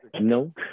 No